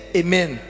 amen